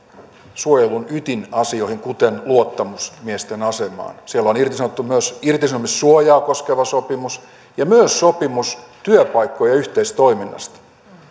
suojelun ydinasioihin kuten luottamusmiesten asemaan siellä on irtisanottu myös irtisanomissuojaa koskeva sopimus ja myös sopimus työpaikkojen yhteistoiminnasta